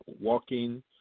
walking